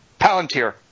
Palantir